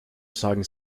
sagen